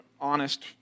honest